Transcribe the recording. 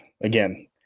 Again